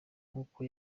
nkuko